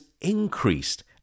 increased